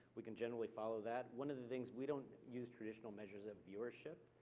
we can generally follow that. one of the things, we don't use traditional measures of viewership.